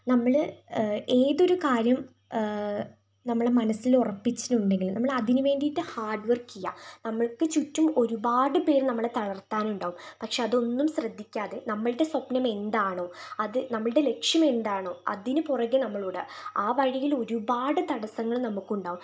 നമ്മൾ ഏതൊരു കാര്യം നമ്മൾ മനസ്സിലുറപ്പിച്ചിട്ടുണ്ടെങ്കിൽ നമ്മൾ അതിനുവേണ്ടിട്ട് ഹാർഡ് വർക്ക് ചെയ്യുക നമ്മൾക്ക് ചുറ്റും ഒരുപാട് പേര് നമ്മളെ തളർത്താൻ ഉണ്ടാവും പക്ഷേ അതൊന്നും ശ്രദ്ധിക്കാതെ നമ്മളുടെ സ്വപ്നം എന്താണോ അത് നമ്മളുടെ ലക്ഷ്യം എന്താണോ അതിനുപുറകെ നമ്മളോടുക ആ വഴിയിൽ ഒരുപാട് തടസ്സങ്ങൾ നമുക്ക് ഉണ്ടാവും